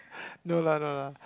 no lah no lah